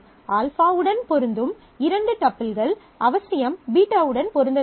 α உடன் பொருந்தும் இரண்டு டப்பிள்கள் அவசியம் β உடன் பொருந்த வேண்டும்